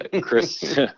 Chris